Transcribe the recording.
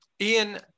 ian